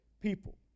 people